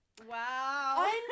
wow